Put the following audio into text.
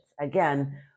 Again